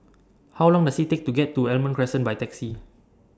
How Long Does IT Take to get to Almond Crescent By Taxi